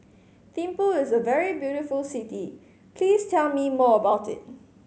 Thimphu is a very beautiful city please tell me more about it